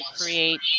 create